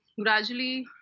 gradually